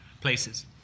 places